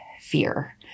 fear